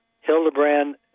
Hildebrand